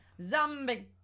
Zombie